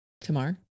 tomorrow